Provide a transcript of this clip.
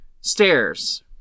Stairs